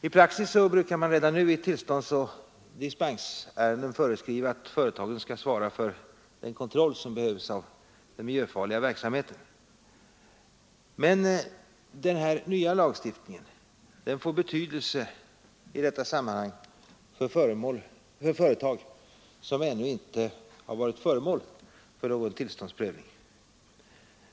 I praxis brukar man redan nu i tillståndsoch dispensärenden föreskriva att företagen skall svara för den kontroll som behövs av den miljöfarliga verksamheten. Den nya lagstiftningen får emellertid särskild betydelse för sådana företag som ännu inte har varit föremål för någon tillståndsprövning.